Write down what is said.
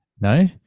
no